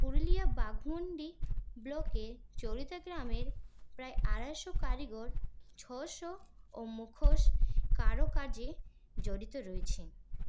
পুরুলিয়া বাগমুন্ডি ব্লকে চরিতা গ্রামের প্রায় আড়াইশো কারিগর ছয়শো ও মুখোশ কারো কাজে জড়িত রয়েছে